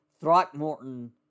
Throckmorton